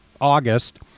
August